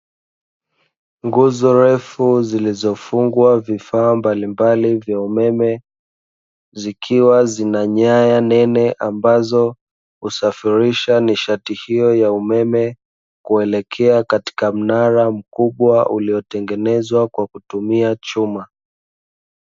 Nguzo refu zilizofungwa vifaa mbalimbali vya umeme, zikiwa zina nyaya nene ambazo husafirisha nishati hiyo ya umeme kuelekea katika mnara mkubwa, uliotengenezwa kwa kutumia chuma.